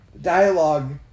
Dialogue